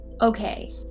Okay